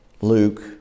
Luke